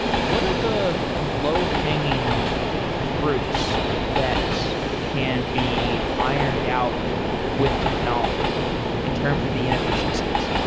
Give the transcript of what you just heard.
what are the low hanging fruits that can be ironed out with technology in terms of the inefficiencies?